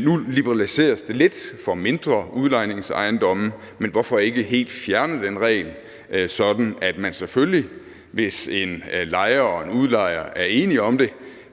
Nu liberaliseres det lidt for mindre udlejningsejendomme, men hvorfor ikke helt fjerne den regel, sådan at man selvfølgelig, hvis en lejer og en udlejer er enige om det,